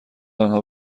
آنها